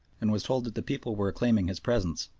and was told that the people were acclaiming his presence.